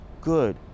good